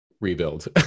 rebuild